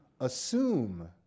assume